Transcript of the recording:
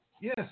Yes